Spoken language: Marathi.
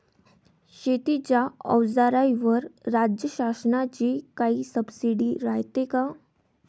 शेतीच्या अवजाराईवर राज्य शासनाची काई सबसीडी रायते का?